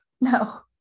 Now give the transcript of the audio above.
no